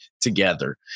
together